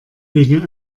wegen